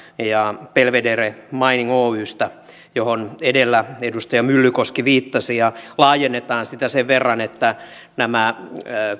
ja belvedere mining oystä johon edellä edustaja myllykoski viittasi laajennetaan sitä sen verran että nämä